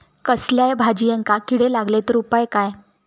कसल्याय भाजायेंका किडे लागले तर उपाय काय?